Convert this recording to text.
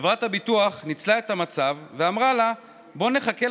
חברת הביטוח ניצלה את המצב ואמרה לה: בואי נחכה